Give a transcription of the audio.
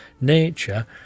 nature